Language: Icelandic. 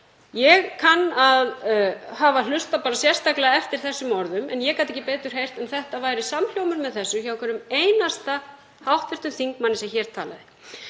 Ég kann að hafa hlustað bara sérstaklega eftir þessum orðum en ég gat ekki betur heyrt en það væri samhljómur með þessu hjá hverjum einasta hv. þingmanni sem hér talaði.